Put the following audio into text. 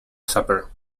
supper